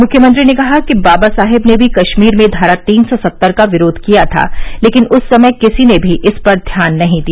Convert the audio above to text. मुख्यमंत्री ने कहा कि बाबा साहेब ने भी कश्मीर में धारा तीन सौ सत्तर का विरोध किया था लेकिन उस समय किसी ने भी इस पर ध्यान नहीं दिया